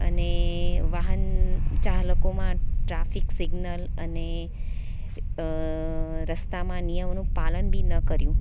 અને વાહનચાલકોમાં traffic signal અને રસ્તામાં નિયમોનું પાલન બી ન કર્યું